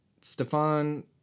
Stefan